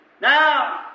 Now